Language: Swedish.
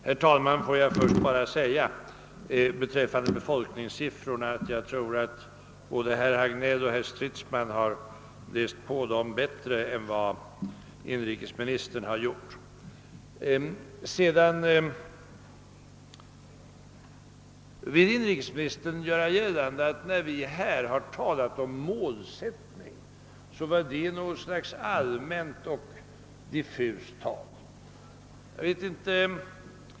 Herr talman! Låt mig först bara säga beträffande befolkningssiffrorna att jag tror att både herr Hagnell och herr Stridsman har läst på dem bättre än vad inrikesministern har gjort. Inrikesministern vill gära gällande att när vi här har talat om målsättning är det ett allmänt och diffust tal.